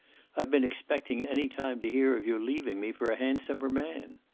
i've been expecting any time to hear of your leaving me for a handsomer man!